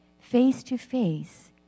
face-to-face